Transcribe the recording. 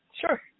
Sure